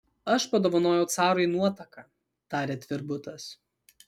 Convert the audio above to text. aš padovanojau carui nuotaką tarė tvirbutas